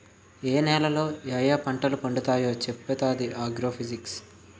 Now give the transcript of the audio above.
ఏ నేలలో యాయా పంటలు పండుతావో చెప్పుతాది ఆగ్రో ఫిజిక్స్